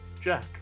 Jack